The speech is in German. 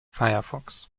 firefox